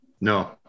No